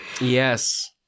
Yes